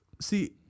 See